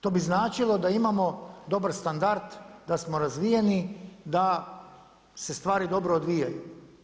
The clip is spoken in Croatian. To bi značilo da imamo dobar standard, da smo razvijeni, da se stvari dobro odvijaju.